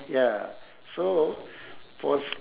ya so for s~